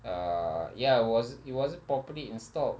uh ya it wasn't it wasn't properly installed